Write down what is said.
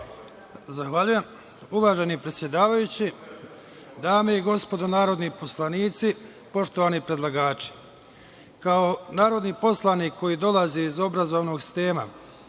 Zahvaljujem. Uvaženi predsedavajući, dame i gospodo narodni poslanici, poštovani predlagači, kao narodni poslanik koji dolazi iz obrazovnog sistema,